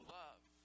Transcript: love